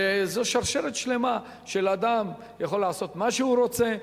זאת שרשרת שלמה שאדם יכול לעשות מה שהוא רוצה,